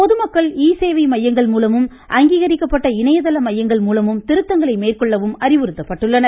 பொதுமக்கள் இசேவை மையங்கள் மூலமும் அங்கீகரிக்கப்பட்ட இணையதள மையங்கள் மூலமும் திருத்தங்களை மேற்கொள்ளவும் அறிவுறுத்தப்பட்டுள்ளனர்